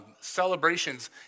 celebrations